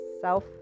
self